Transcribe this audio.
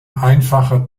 einfacher